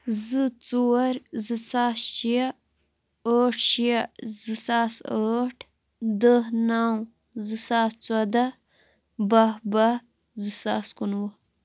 زٕ ژور زٕ ساس شےٚ ٲٹھ شےٚ زٕ ساس ٲٹھ دَہ نَو زٕ ساس ژوداہ باہ باہ زٕ ساس کُنوُہ